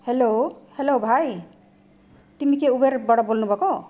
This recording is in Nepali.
हलो हलो भाइ तिमी के उबेरबाट बोल्नु भएको